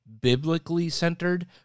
biblically-centered